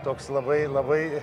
toks labai labai